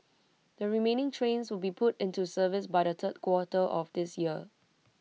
the remaining trains will be put into service by the third quarter of this year